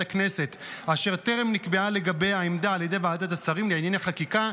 הכנסת אשר טרם נקבעה לגביה עמדה על ידי ועדת השרים לענייני חקיקה,